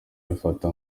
babifata